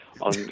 on